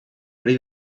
ari